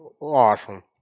awesome